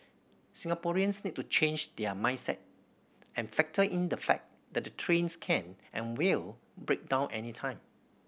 Singaporeans need to change their mindset and factor in the fact that the trains can and will break down anytime